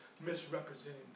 misrepresenting